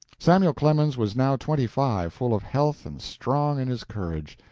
samuel clemens was now twenty-five, full of health and strong in his courage.